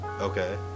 Okay